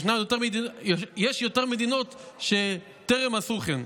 יש יותר מדינות שטרם עשו כן,